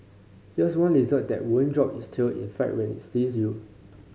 here's one lizard that won't drop its tail in fright when it sees you